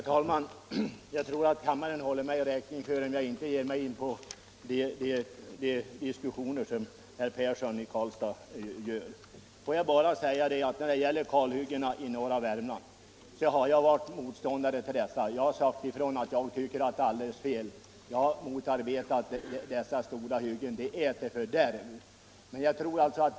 Herr talman! Jag tror att kammaren håller mig räkning för om jag inte ger mig in på de diskussioner som herr Persson i Karlstad för. När det gäller kalhyggena i norra Värmland vill jag påpeka att jag har varit motståndare till dessa. Jag har förklarat att jag tycker att det är alldeles fel. Jag har motarbetat dessa stora hyggen. De är eu fördärv.